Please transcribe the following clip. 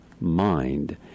mind